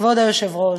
כבוד היושב-ראש,